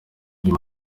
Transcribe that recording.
uyu